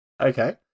Okay